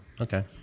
okay